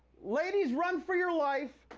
ladies run for your life.